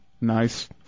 Nice